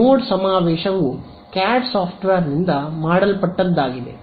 ನೋಡ್ ಸಮಾವೇಶವು ಕ್ಯಾಡ್ ಸಾಫ್ಟ್ವೇರ್ನಿಂದ ಮಾಡಲ್ಪಟ್ಟದ್ದಾಗಿದೆ